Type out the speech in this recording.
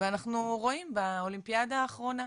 אנחנו רואים באולימפיאדה האחרונה,